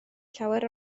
llawer